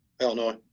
Illinois